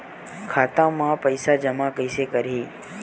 खाता म पईसा जमा कइसे करही?